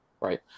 right